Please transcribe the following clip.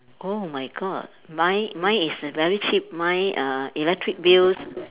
oh my God mine mine is very cheap mine uh electric bills